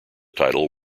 title